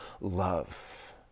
love